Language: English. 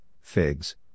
figs